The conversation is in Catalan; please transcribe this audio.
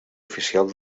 oficial